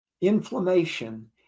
inflammation